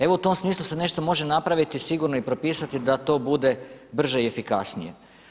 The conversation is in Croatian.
Evo u tom smislu se nešto može napraviti sigurno i propisati da to bude brže i efikasnije.